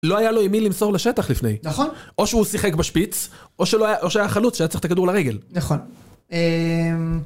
לא היה לו עם מי למסור לשטח לפני. נכון. או שהוא שיחק בשפיץ, או שהיה חלוץ, שהיה צריך את הכדור לרגל. נכון. אההההם...